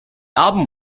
album